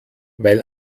weil